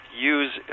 use